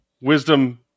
wisdom